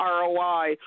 ROI